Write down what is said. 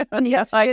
Yes